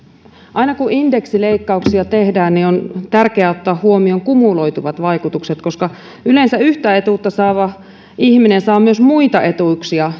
aina kun indeksileikkauksia tehdään on tärkeää ottaa huomioon kumuloituvat vaikutukset koska yleensä yhtä etuutta saava ihminen saa myös muita etuuksia